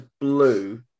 blue